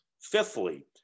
Fifthly